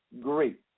great